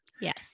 Yes